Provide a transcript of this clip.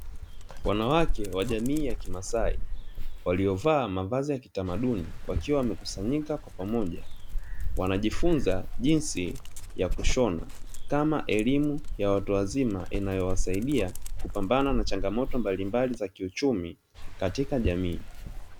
Wanawake wa jamii yakimasai waliovaa mavazi ya kitamaduni, wakiwa wakusanyika kwa pamoja; wanajifunza jinsi ya kushona kama elimu ya watu wazima, inayowasaidia kupambana na changamoto mbalimbali za kiuchumi katika jamii.